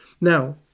Now